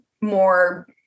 more